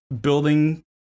building